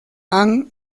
han